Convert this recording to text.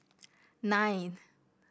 nine